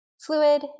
fluid